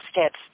steps